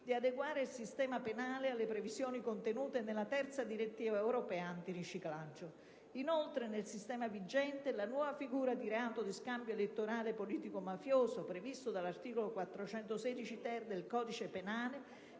di adeguare il sistema penale alle previsioni contenute nella terza direttiva europea antiriciclaggio. Inoltre, nel sistema vigente la nuova figura di reato di scambio elettorale politico-mafioso, previsto dall'articolo 416-*ter* del codice penale,